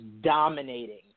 dominating